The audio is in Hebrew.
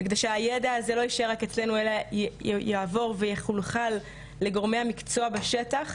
כדי שהידע הזה לא ישאר רק אצלנו אלא יעבור ויחולחל לגורמי המקצוע בשטח